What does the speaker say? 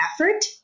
effort